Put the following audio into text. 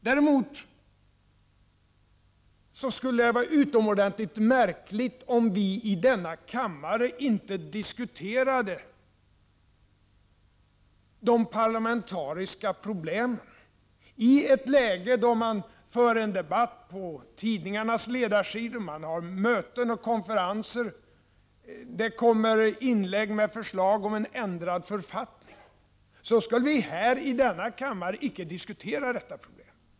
Det skulle emellertid vara utomordentligt märkligt om vi i denna kammare inte diskuterade de parlamentariska problemen i ett läge då man för en debatt på tidningarnas ledarsidor liksom på möten och konferenser, där det framförs förslag om en författningsändring. Skulle vi då i denna kammare inte diskutera detta problem?